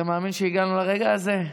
אתה מאמין שהגענו לרגע הזה?